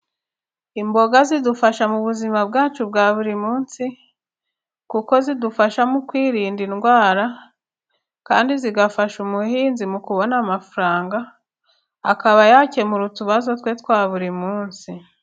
Imboga zidufasha mu buzima bwacu bwa buri munsi, kuko zidufasha mu kwirinda indwara, kandi zigafasha umuhinzi mu kubona amafaranga, akaba yakemura utubazo twe twa buri munsi.